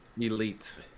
elite